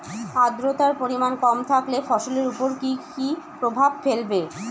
আদ্রর্তার পরিমান কম থাকলে ফসলের উপর কি কি প্রভাব ফেলবে?